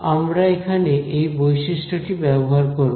আমরা এখানে এই বৈশিষ্ট্যটি ব্যবহার করব